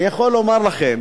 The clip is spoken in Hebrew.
אני יכול לומר לכם